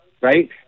right